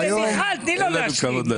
מיכל, תני לו לסיים.